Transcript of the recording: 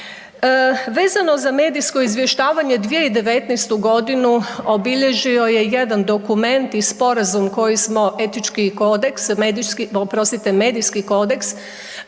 Vezano za medijsko izvještavanje 2019.g. obilježio je jedan dokument i sporazum koji smo etički kodeks, medijski, oprostite, medijski kodeks